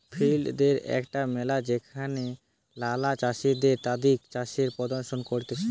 field দে একটা মেলা যেখানে ম্যালা চাষীরা তাদির চাষের প্রদর্শন করেটে